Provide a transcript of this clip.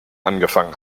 angefangen